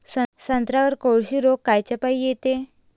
संत्र्यावर कोळशी रोग कायच्यापाई येते?